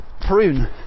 prune